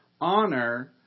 honor